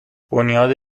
بنیاد